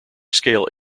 scale